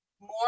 more